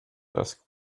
dusk